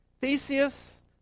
Theseus